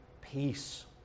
peace